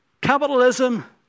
capitalism